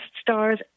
stars